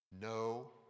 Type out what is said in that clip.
No